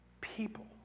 people